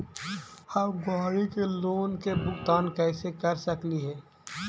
हम गाड़ी के लोन के भुगतान कैसे कर सकली हे?